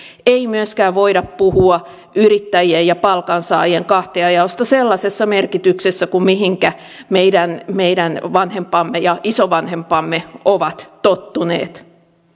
ei myöskään voida puhua yrittäjien ja palkansaajien kahtiajaosta sellaisessa merkityksessä kuin mihinkä meidän meidän vanhempamme ja isovanhempamme ovat tottuneet